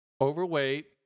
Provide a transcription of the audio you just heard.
overweight